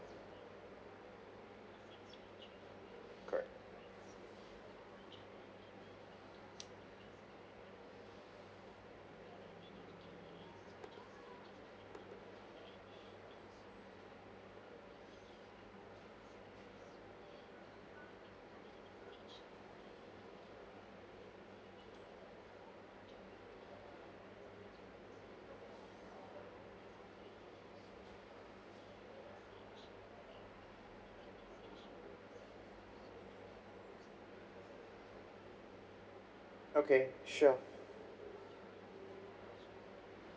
correct okay sure